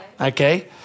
Okay